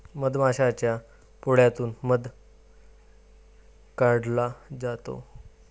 मधमाशाच्या पोळ्यातून मध काढला जातो